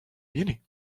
viene